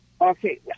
Okay